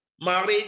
marriage